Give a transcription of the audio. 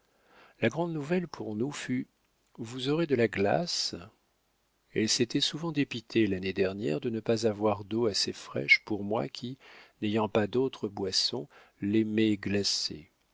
la grande nouvelle pour nous fut vous aurez de la glace elle s'était souvent dépitée l'année dernière de ne pas avoir d'eau assez fraîche pour moi qui n'ayant pas d'autre boisson l'aimais glacée